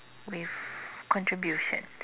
with contributions